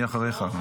אני אחריך.